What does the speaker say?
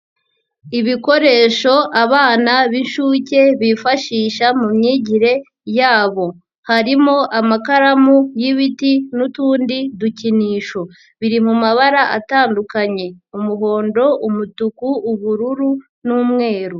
Ibikoresho abana b'inshuke bifashisha mu myigire yabo, harimo amakaramu y'ibiti n'utundi dukinisho, biri mu mabara atandukanye: umuhondo, umutuku, ubururu n'umweru.